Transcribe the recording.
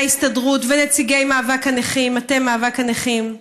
וההסתדרות ונציגי מאבק הנכים, מטה מאבק הנכים.